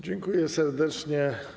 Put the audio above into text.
Dziękuję serdecznie.